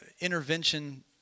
intervention